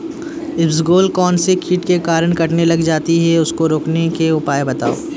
इसबगोल कौनसे कीट के कारण कटने लग जाती है उसको रोकने के उपाय बताओ?